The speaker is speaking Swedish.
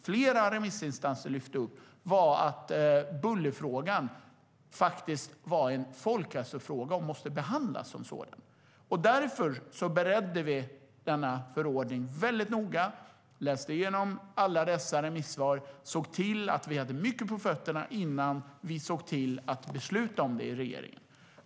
Flera remissinstanser lyfte upp att bullerfrågan faktiskt är en folkhälsofråga och måste behandlas som en sådan. Därför beredde vi förordningen noga, läste igenom alla remissvar och såg till att vi hade mycket på fötterna innan vi beslutade i regeringen.